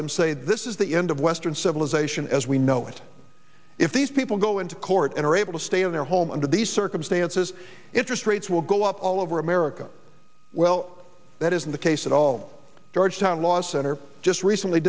them say this is the end of western civilization as we know it if these people go into court and are able to stay in their home under these circumstances interest rates will go up all over america well that isn't the case at all georgetown law center just recently